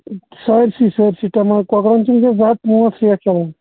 سأرسےٕ سأرسےٕ تمام کۄکرن چھِ وُنکیٚن زٕ ہَتھ پانٛژھ ریٹ چلان